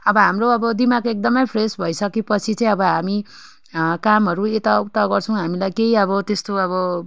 अब हाम्रो अब दिमाग एकदम फ्रेस भइसके पछि चाहिँ अब हामी कामहरू यताउता गर्छौँ हामीलाई केही अब त्यस्तो अब